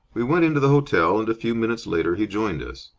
we went into the hotel, and a few minutes later he joined us.